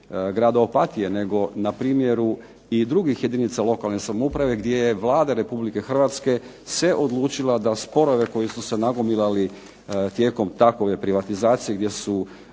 grada Opatije, nego na primjeru i drugih jedinica lokalne samouprave gdje je Vlada Republike Hrvatske se odlučila da sporove koji su se nagomilali tijekom takove privatizacije gdje su